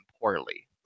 poorly